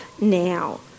now